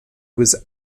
was